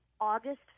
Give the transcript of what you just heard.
august